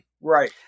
Right